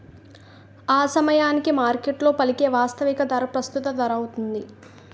ఆసమయానికి మార్కెట్లో పలికే వాస్తవిక ధర ప్రస్తుత ధరౌతుంది